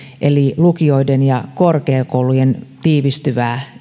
eli lukioiden ja korkeakoulujen tiivistyvän